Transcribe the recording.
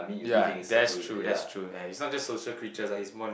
ya that's true that's true ya it's not just social creatures lah it's more like